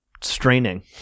straining